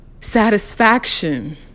Satisfaction